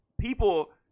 people